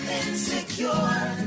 insecure